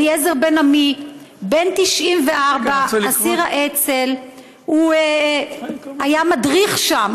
אליעזר בן-עמי, בן 94, אסיר האצ"ל, היה מדריך שם.